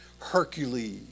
Hercules